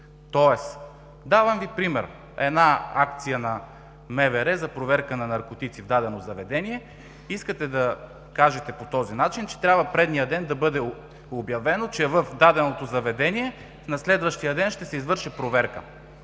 Тоест, давам Ви пример: една акция на МВР за проверка на наркотици в дадено заведение, искате да кажете по този начин, че трябва предния ден да бъде обявено, че в даденото заведение на следващия ден ще се извърши проверка?